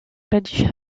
reagisce